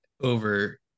over